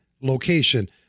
location